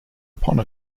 upon